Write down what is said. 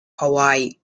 hawaii